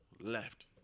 left